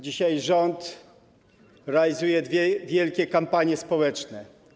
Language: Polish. Dzisiaj rząd realizuje dwie wielkie kampanie społeczne.